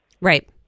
Right